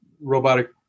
robotic